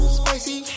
spicy